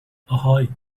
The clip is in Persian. آهای